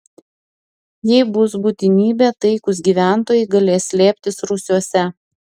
jei bus būtinybė taikūs gyventojai galės slėptis rūsiuose